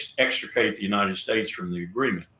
extricate the united states from the agreement.